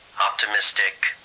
optimistic